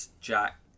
Jack